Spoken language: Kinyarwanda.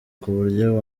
kuburyo